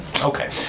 okay